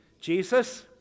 Jesus